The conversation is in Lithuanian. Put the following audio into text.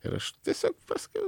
ir aš tiesiog pasakiau